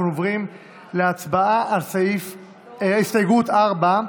אנחנו עוברים להצבעה על הסתייגות 4,